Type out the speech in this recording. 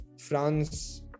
France